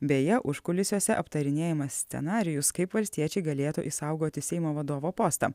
beje užkulisiuose aptarinėjamas scenarijus kaip valstiečiai galėtų išsaugoti seimo vadovo postą